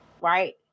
right